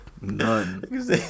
None